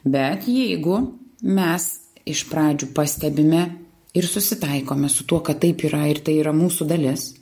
bet jeigu mes iš pradžių pastebime ir susitaikome su tuo kad taip yra ir tai yra mūsų dalis